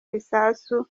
ibisasu